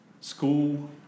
School